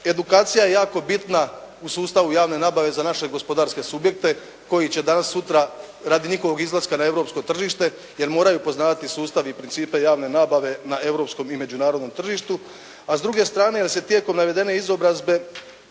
edukacija je jako bitna u sustavu javne nabave za naše gospodarske subjekte koji će danas sutra radi njihovog izlaska na europsko tržište, jer moraju poznavati sustav i principe javne nabave na europskom i međunarodnom tržištu, a s druge strane da se tijekom navedene izobrazbe